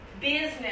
business